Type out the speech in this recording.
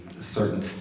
certain